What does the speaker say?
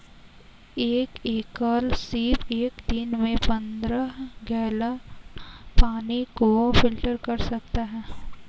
एक एकल सीप एक दिन में पन्द्रह गैलन पानी को फिल्टर कर सकता है